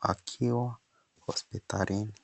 akiwa hospitalini.